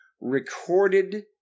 recorded